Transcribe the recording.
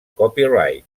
copyright